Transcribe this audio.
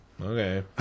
okay